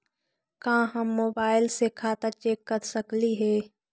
का हम मोबाईल से खाता चेक कर सकली हे?